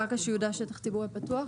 קרקע שייעודה שטח ציבורי פתוח.